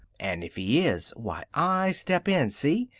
and if he is, why, i step in, see?